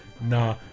nah